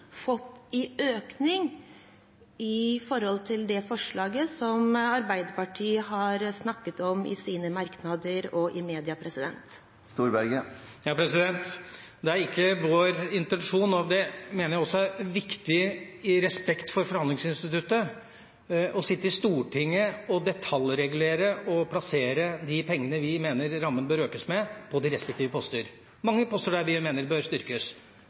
fått i økning med det forslaget som Arbeiderpartiet har skrevet om i sine merknader og snakket om i media? Det er ikke vår intensjon – og det mener jeg er viktig, i respekt for forhandlingsinstituttet – å sitte i Stortinget og detaljregulere og plassere de pengene vi mener ramma bør økes med, på de respektive poster. Det er mange poster vi mener bør styrkes.